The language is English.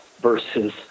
versus